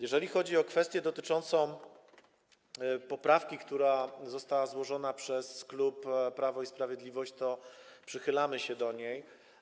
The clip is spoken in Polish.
Jeżeli chodzi o kwestię dotyczącą poprawki, która została złożona przez klub Prawo i Sprawiedliwość, to przychylamy się do niej.